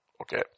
Okay